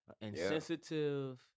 Insensitive